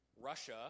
Russia